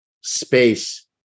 space